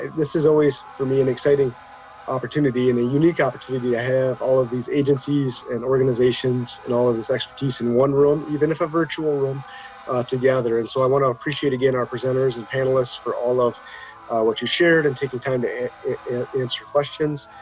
this is always for me, an exciting opportunity and a unique opportunity to have all of these agencies and organizations and all of this expertise in one room, even if a virtual room together. and so i want to appreciate, again, our presenters and panelists for all of what you shared and taking time to answer questions.